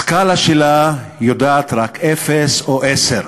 הסקאלה שלה יודעת רק אפס או עשר,